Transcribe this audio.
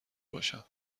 باشم